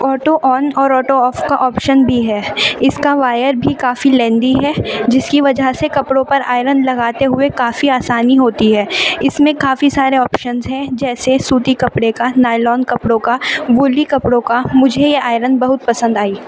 auto on اور auto off کا option بھی ہے اس کا وائر بھی کافی لیندی ہے جس کی وجہ سے کپڑوں پر آئرن لگاتے ہوئے کافی آسانی ہوتی ہے اس میں کافی سارے آپشنس ہیں جیسے سوتی کپڑے کا نائلون کپڑوں کا وولی کپڑوں کا مجھے یہ آئرن بہت پسند آئی